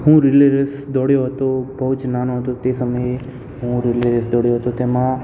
હું relay race દોડ્યો હતો બહુ જ નાનો હતો તે સમયે હું રિલે રેસ દોડ્યો હતો તેમાં